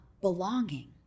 Belonging